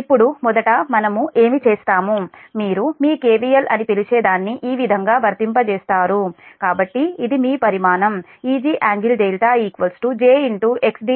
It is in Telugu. ఇప్పుడు మొదట మనము ఏమి చేస్తాము మీరు మీ KVL అని పిలిచే దాన్ని ఈ విధంగా వర్తింపజేస్తారు కాబట్టి ఇది మీ పరిమాణం Eg∟δ jxd